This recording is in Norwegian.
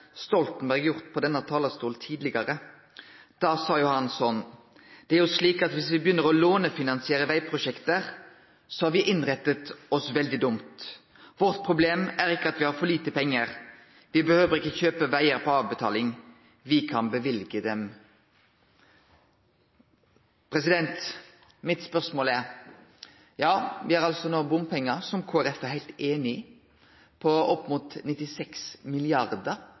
Stoltenberg gjort tidlegare frå denne talarstolen: «Det er jo slik at hvis Norge begynner å lånefinansiere veiprosjekter, har vi innrettet oss veldig dumt. Vårt problem er ikke at vi har for lite penger. Vi behøver ikke å kjøpe veier på avbetaling, vi kan bevilge til dem kontant.» Spørsmålet mitt gjeld: Det er no bompengar – noko som Kristeleg Folkeparti er heilt einig i – på opp mot 96